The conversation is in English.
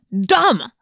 dumb